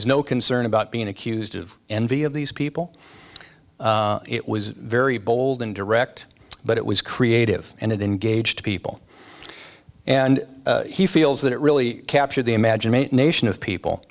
was no concern about being accused of envy of these people it was very bold and direct but it was creative and it engaged people and he feels that it really captured the imagination of people